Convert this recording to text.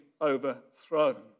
overthrown